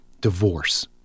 divorce